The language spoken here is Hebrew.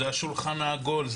השולחן העגול.